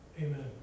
Amen